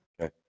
Okay